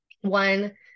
one